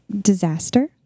disaster